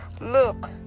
Look